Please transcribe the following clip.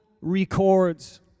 records